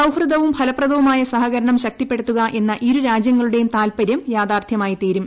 സൌഹൃദവും ഫലപ്രദമായ സഹകരണവും ശക്തിപ്പെടുത്തുക എന്ന ഇരു രാജ്യങ്ങളുടെയും താൽപര്യം യാഥാർഥ്യമായിത്തീരും